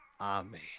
Amen